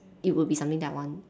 it would be something that I want